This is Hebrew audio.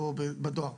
או בדואר,